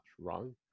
wrong